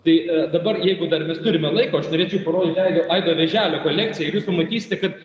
tai dabar jeigu dar mes turime laiko aš norėčiau parodyti aido aido vėželio kolekciją pamatysite kad